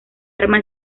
arma